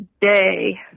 Day